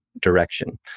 direction